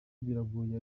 biragoye